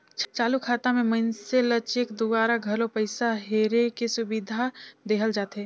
चालू खाता मे मइनसे ल चेक दूवारा घलो पइसा हेरे के सुबिधा देहल जाथे